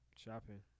Shopping